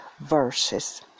verses